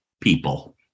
people